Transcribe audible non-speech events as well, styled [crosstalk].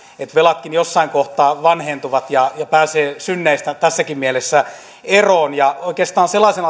että velatkin jossain kohtaa vanhentuvat ja pääsee synneistään tässäkin mielessä eroon ja oikeastaan myös sellaisen [unintelligible]